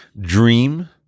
dream